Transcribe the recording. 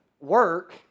work